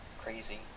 crazy